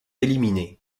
éliminé